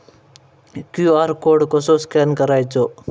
QR code कसो scan करायचो?